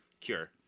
Cure